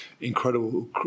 incredible